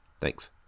Thanks